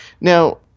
Now